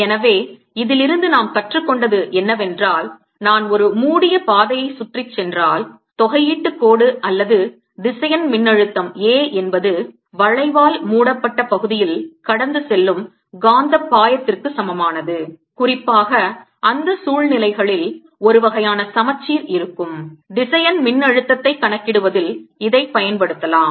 எனவே இதிலிருந்து நாம் கற்றுக்கொண்டது என்னவென்றால் நான் ஒரு மூடிய பாதையை சுற்றிச் சென்றால் தொகையீட்டு கோடு அல்லது திசையன் மின்னழுத்தம் A என்பது வளைவால் மூடப்பட்ட பகுதியில் கடந்து செல்லும் காந்தப் பாயத்திற்கு சமமானது குறிப்பாக அந்த சூழ்நிலைகளில் ஒரு வகையான சமச்சீர் இருக்கும் திசையன் மின்னழுத்தத்தைக் கணக்கிடுவதில் இதைப் பயன்படுத்தலாம்